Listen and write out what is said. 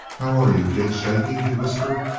how are you, kid shaky? he whispered.